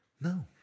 No